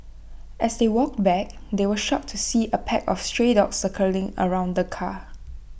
as they walked back they were shocked to see A pack of stray dogs circling around the car